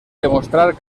demostrar